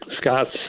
Scott's